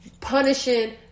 punishing